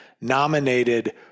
nominated